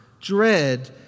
dread